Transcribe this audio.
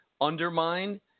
undermine